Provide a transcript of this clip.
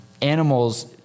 animals